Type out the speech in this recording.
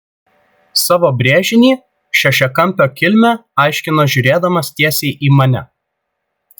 savo brėžinį šešiakampio kilmę aiškino žiūrėdamas tiesiai į mane